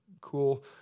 cool